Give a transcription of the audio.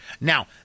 Now